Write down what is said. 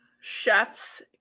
Chef's